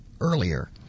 earlier